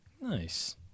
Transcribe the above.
nice